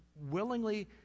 willingly